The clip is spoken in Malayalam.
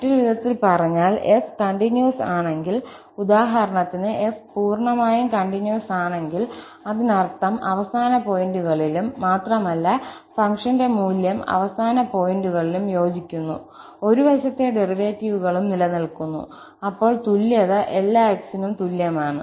മറ്റൊരു വിധത്തിൽ പറഞ്ഞാൽ f കണ്ടിന്യൂസ് ആണെങ്കിൽ ഉദാഹരണത്തിന് f പൂർണ്ണമായും കണ്ടിന്യൂസ് ആണെങ്കിൽ അതിനർത്ഥം അവസാന പോയിന്റുകളിലും മാത്രമല്ല ഫംഗ്ഷന്റെ മൂല്യം അവസാന പോയിന്റുകളിലും യോജിക്കുന്നു ഒരു വശത്തെ ഡെറിവേറ്റീവുകളും നിലനിൽക്കുന്നു അപ്പോൾ തുല്യത എല്ലാ x നും തുല്യമാണ്